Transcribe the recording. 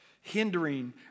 Hindering